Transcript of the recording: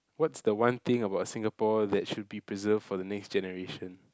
what's the one thing about Singapore that should be preserved for the next generation